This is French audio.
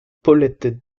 paulette